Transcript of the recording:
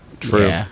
True